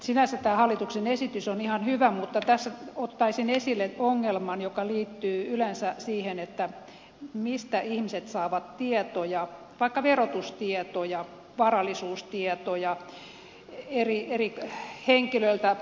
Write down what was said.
sinänsä tämä hallituksen esitys on ihan hyvä mutta tässä ottaisin esille ongelman joka liittyy yleensä siihen mistä ihmiset saavat tietoja vaikka verotustietoja varallisuustietoja eri henkilöiltä